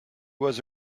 was